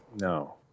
No